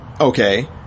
Okay